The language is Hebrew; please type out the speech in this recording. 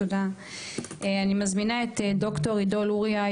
אני מזמינה את ד"ר עידו לוריא,